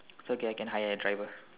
is okay I can hire a driver